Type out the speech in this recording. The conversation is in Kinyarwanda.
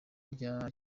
rya